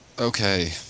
Okay